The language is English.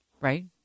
right